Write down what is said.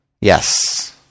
Yes